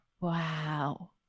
wow